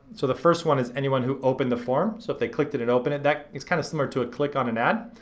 so the first one is anyone who opened the form, so if they clicked it and open it, that is kind of similar to a click on an add.